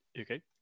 Okay